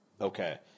Okay